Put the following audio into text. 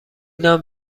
نان